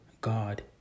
God